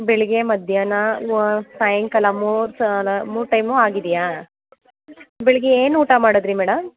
ಬೆಳಿಗ್ಗೆ ಮಧ್ಯಾಹ್ನ ಓ ಸಾಯಂಕಾಲ ಮೂರು ಸಲ ಮೂರು ಟೈಮು ಆಗಿದೆಯಾ ಬೆಳಿಗ್ಗೆ ಏನು ಊಟ ಮಾಡಿದ್ರಿ ಮೇಡಮ್